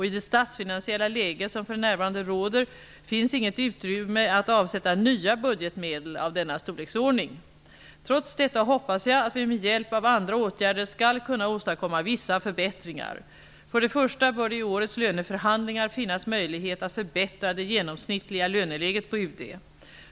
I det statsfinansiella läge som för närvarande råder finns inget utrymme att avsätta nya budgetmedel av denna storleksordning. Trots detta hoppas jag att vi med hjälp av andra åtgärder skall kunna åstadkomma vissa förbättringar. För det första bör det i årets löneförhandlingar finnas möjlighet att förbättra det genomsnittliga löneläget på UD.